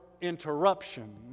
interruption